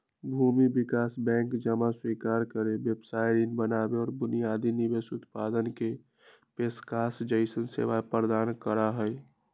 भूमि विकास बैंक जमा स्वीकार करे, व्यवसाय ऋण बनावे और बुनियादी निवेश उत्पादन के पेशकश जैसन सेवाएं प्रदान करा हई